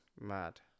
Mad